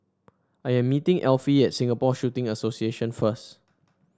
I am meeting Elfie at Singapore Shooting Association first